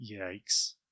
Yikes